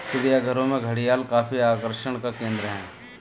चिड़ियाघरों में घड़ियाल काफी आकर्षण का केंद्र है